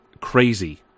crazy